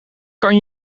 kan